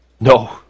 No